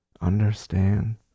understand